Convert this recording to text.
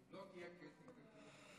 ואם לא תהיה קטי קטרין שטרית?